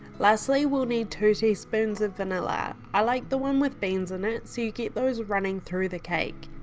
lastly we'll need two teaspoon of vanilla. i like the one with beans in it so you get those running through the cake,